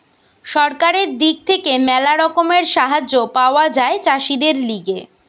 সরকারের দিক থেকে ম্যালা রকমের সাহায্য পাওয়া যায় চাষীদের লিগে